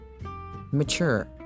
Mature